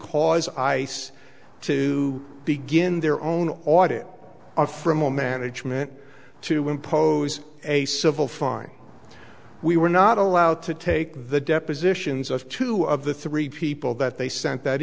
cause ice to begin their own audit of from a management to impose a civil fine we were not allowed to take the depositions of two of the three people that they sent that